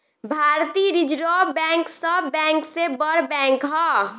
भारतीय reserve bank सब bank से बड़ बैंक ह